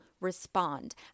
respond